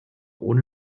ohne